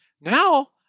now